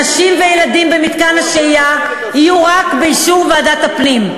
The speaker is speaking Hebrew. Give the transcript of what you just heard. נשים וילדים במתקן השהייה יהיו רק באישור ועדת הפנים,